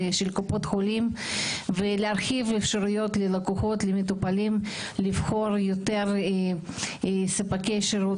קופות חולים ולהרחיב אפשרויות למטופלים לבחור יותר ספקי שירות.